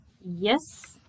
Yes